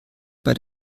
bei